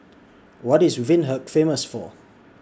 What IS Windhoek Famous For